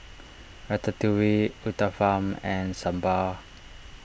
Ratatouille Uthapam and Sambar